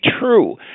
true